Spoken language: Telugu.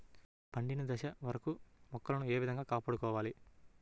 పండిన దశ వరకు మొక్కలను ఏ విధంగా కాపాడుకోవాలి?